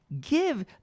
give